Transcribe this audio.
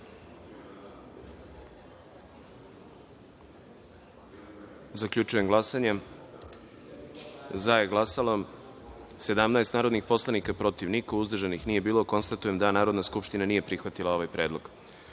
predlog. Zaključujem glasanje: za je glasalo – 12 narodnih poslanika, protiv – niko, uzdržanih – nije bilo. Konstatujem da Narodna skupština nije prihvatila ovaj predlog. Narodni